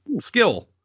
skill